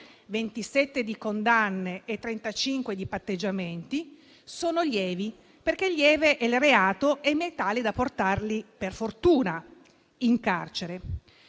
(27 condanne e 35 patteggiamenti) sono lievi, perché lieve è il reato, né è tale da portare, per fortuna, in carcere.